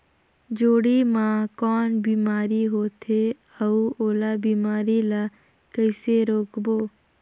जोणी मा कौन बीमारी होथे अउ ओला बीमारी ला कइसे रोकबो?